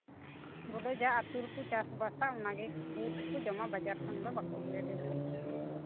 ᱵᱚᱞᱮ ᱡᱟ ᱟᱹᱛᱩ ᱨᱮᱠᱚ ᱪᱟᱥᱵᱟᱥᱟ ᱚᱱᱟᱜᱮ ᱰᱷᱮᱨ ᱫᱚᱠᱚ ᱡᱚᱢᱟ ᱵᱟᱡᱟᱨ ᱠᱷᱚᱱᱫᱚ ᱵᱟᱠᱚ ᱟᱹᱜᱩᱭᱟ ᱰᱷᱮᱨ ᱫᱚ